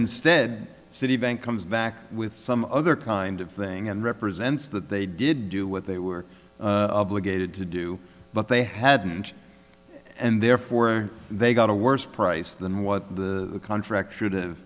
instead citibank comes back with some other kind of thing and represents that they did do what they were gated to do but they hadn't and therefore they got a worse price than what the contract should